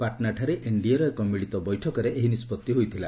ପାଟନାଠାରେ ଏନଡିଏର ଏକ ମିଳିତ ବୈଠକରେ ଏହି ନିଷ୍ପଭି ହୋଇଥିଲା